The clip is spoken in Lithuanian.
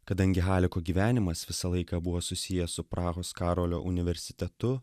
kadangi haliko gyvenimas visą laiką buvo susijęs su prahos karolio universitetu